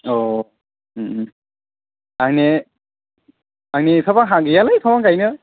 औ ओम ओम आंनिया एफाग्राब हा गैयालै एफाबां गायनो